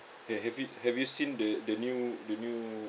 eh have you have you seen the the new the new